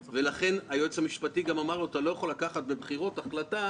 לכן היועץ המשפטי גם אמר לו: אתה לא יכול לקבל בזמן בחירות החלטה,